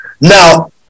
Now